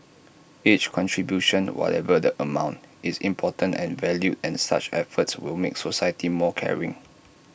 each contribution whatever the amount is important and valued and such efforts will make society more caring